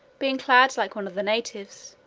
being clad like one of the natives,